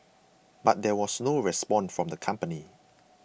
but there was no response from the company